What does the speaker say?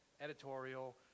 editorial